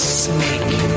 snake